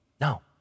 No